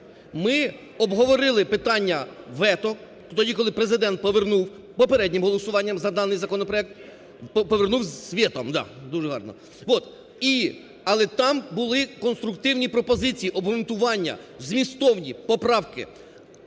Ми обговорили питання вето, тоді, коли Президент повернув, попереднім голосуванням за даний законопроект… Повернув з вето, да. Дуже гарно. Але там були конструктивні пропозиції, обґрунтування змістовні, поправки.